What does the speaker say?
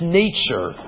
nature